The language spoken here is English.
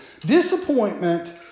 Disappointment